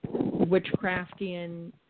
witchcraftian